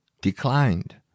declined